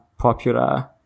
popular